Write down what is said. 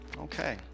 Okay